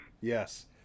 yes